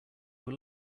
were